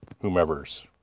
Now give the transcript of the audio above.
whomever's